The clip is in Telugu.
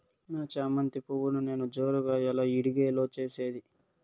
నా చామంతి పువ్వును నేను జోరుగా ఎలా ఇడిగే లో చేసేది?